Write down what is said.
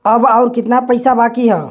अब अउर कितना पईसा बाकी हव?